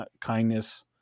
kindness